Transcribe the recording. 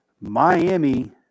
Miami